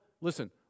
listen